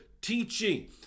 teaching